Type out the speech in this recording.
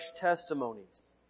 testimonies